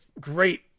great